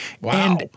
Wow